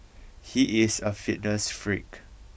he is a fitness freak